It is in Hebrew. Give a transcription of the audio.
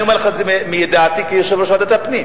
אני אומר לך את זה מידיעתי כיושב-ראש ועדת הפנים,